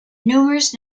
numerous